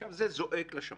עכשיו, זה זועק לשמיים.